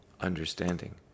understanding